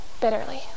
bitterly